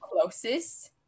closest